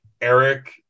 Eric